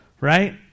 right